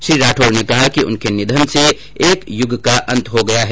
श्री राठौड़ ने कहा कि उनके निधन से एक युग का अंत हो गया है